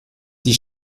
die